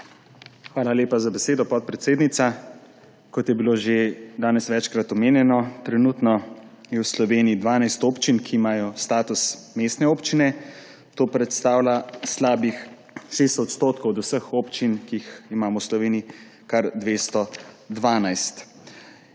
Hvala lepa za besedo, podpredsednica. Kot je bilo že danes večkrat omenjeno, je trenutno v Sloveniji 12 občin, ki imajo status mestne občine. To predstavlja slabih 6 % od vseh občin, ki jih imamo v Sloveniji kar 212.